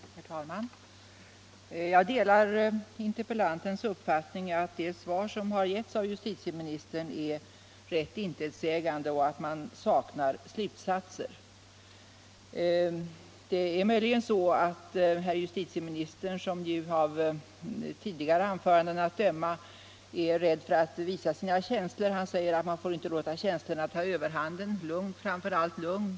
Herr talman! Jag delar interpellantens uppfattning att det svar som har getts av justitieministern är rätt intetsägande och att man saknar slutsatser. Av tidigare anföranden att döma är justitieministern rädd för att visa sina känslor. Han säger att man inte får låta känslorna ta överhanden —-lugn, framför allt lugn!